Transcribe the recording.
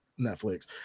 Netflix